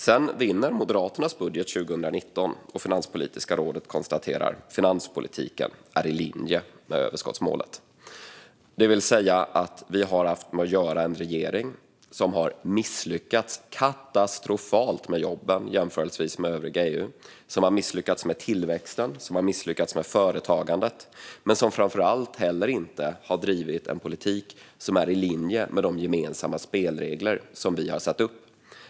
Sedan vinner Moderaternas budget 2019, och Finanspolitiska rådet konstaterar då att finanspolitiken är i linje med överskottsmålet. Detta innebär att vi har haft att göra med en regering som har misslyckats katastrofalt med jobben jämfört med övriga EU. Regeringen har misslyckats med tillväxten och med företagandet, och framför allt har man inte drivit en politik som är i linje med de gemensamma spelregler vi har satt upp.